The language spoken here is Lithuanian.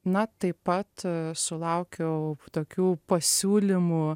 na taip pat sulaukiau tokių pasiūlymų